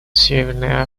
северной